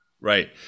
Right